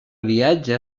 viatge